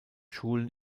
schulen